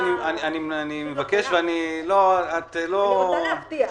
אני רוצה להבטיח.